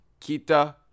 Kita